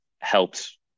helps